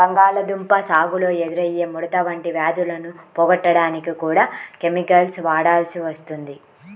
బంగాళాదుంప సాగులో ఎదురయ్యే ముడత వంటి వ్యాధులను పోగొట్టడానికి కూడా కెమికల్స్ వాడాల్సి వస్తుంది